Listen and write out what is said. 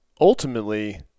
ultimately